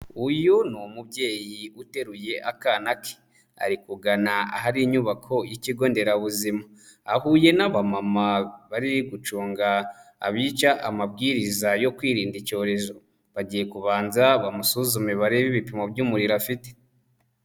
Uyu ni umubyeyi uteruye akana ke. Ari kugana ahari inyubako y'ikigo nderabuzima. Ahuye n'abamama bari gucunga abica amabwiriza yo kwirinda icyorezo. Bagiye kubanza bamusuzume barebe ibipimo by'umuriro afite.